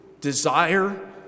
desire